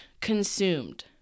consumed